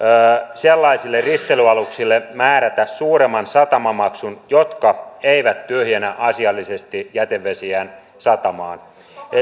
sellaisille risteilyaluksille määrätä suuremman satamamaksun jotka eivät tyhjennä asiallisesti jätevesiään satamaan